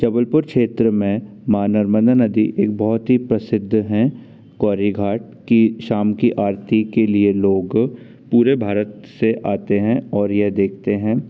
जबलपुर क्षेत्र में माँ नर्मदा नदी एक बहुत ही प्रसिद्ध हैं गौरी घाट की शाम की आरती के लिए लोग पूरे भारत से आते हैं और यह देखते हैं